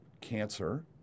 cancer